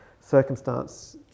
circumstance